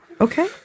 okay